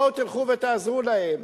בואו תלכו ותעזרו להם,